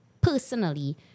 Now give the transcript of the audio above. personally